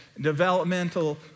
developmental